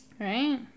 right